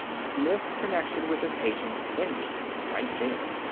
smith's connection with his agent ended right there.